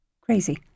Crazy